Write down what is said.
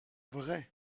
vraie